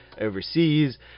overseas